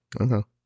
Okay